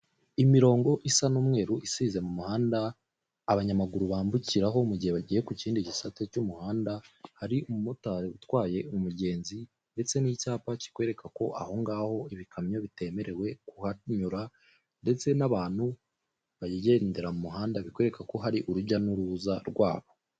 Imirongo isa n'umweru isize mu muhanda abanyamaguru bambukiraho mu gihe bagiye ku kindi gisate cy'umuhanda, hari umumotari utwaye umugenzi ndetse n'icyapa kikwereka ko ahongaho ibikamyo bitemerewe kuhanyura ndetse n'abantu bagendera mu muhanda bikwereka ko hari urujya n'uruza rwabo.